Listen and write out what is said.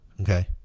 Okay